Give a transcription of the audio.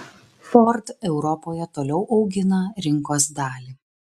ford europoje toliau augina rinkos dalį